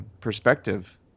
perspective